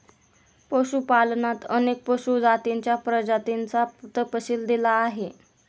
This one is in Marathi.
पशुपालनात अनेक पशु जातींच्या प्रजातींचा तपशील दिला आहे